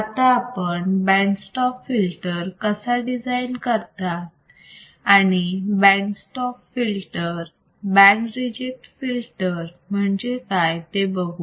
आता आपण band stop filter कसा डिझाईन करतात आणि band stop filter band reject filter म्हणजे काय ते बघू